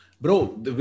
Bro